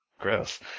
Gross